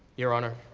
your honor,